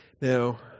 Now